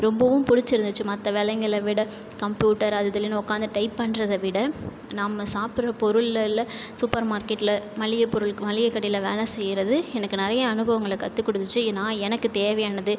ரொம்பவும் பிடிச்சிருந்துச்சு மற்ற வேலைங்களை விட கம்ப்யூட்டர் அது இதுலனு உட்காந்து டைப் பண்ணுறத விட நம்ம சாப்புடுற பொருள்லல்ல சூப்பர் மார்க்கெட்டில் மளிகை பொருள் மளிகை கடையில் வேலை செய்கிறது எனக்கு நிறைய அனுபவங்களை கத்துக்கொடுத்துச்சி நான் எனக்கு தேவையானது